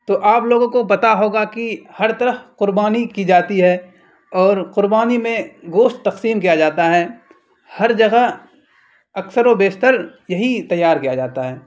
تو آپ لوگوں کو پتا ہوگا کہ ہر طرف قربانی کی جاتی ہے اور قربانی میں گوشت تقسیم کیا جاتا ہے ہر جگہ اکثر و بیشتر یہی تیار کیا جاتا ہے